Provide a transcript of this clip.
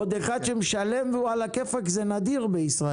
עוד אחד שמשלם והוא על הכיפאק זה נדיר בישראל.